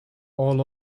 all